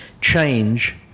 change